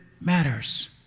matters